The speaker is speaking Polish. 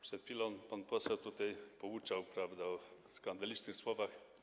Przed chwilą pan poseł tutaj pouczał, mówił o skandalicznych słowach.